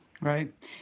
Right